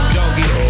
doggy